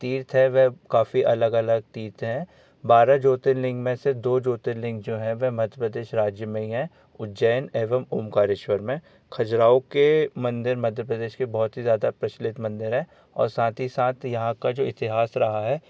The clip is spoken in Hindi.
जो तीर्थ है वह काफ़ी अलग अलग तीर्थ हैं बारह ज्योतिर्लिंग में से दो ज्योतिर्लिंग जो है वह मध्य प्रदेश राज्य में ही है उज्जैन एवम ओंकारेश्वर में खजुराहो के मंदिर मध्य प्रदेश के बहुत ही ज़्यादा प्रचलित मंदिर है और साथ ही साथ यहाँ का जो इतिहास रहा है